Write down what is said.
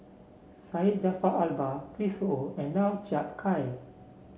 Syed Jaafar Albar Chris Ho and Lau Chiap Khai